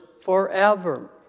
forever